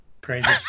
crazy